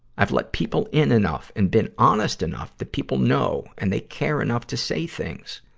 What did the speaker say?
i've let people in enough and been honest enough that people know and they care enough to say things.